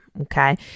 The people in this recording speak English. okay